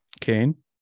Kane